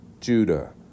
Judah